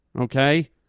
Okay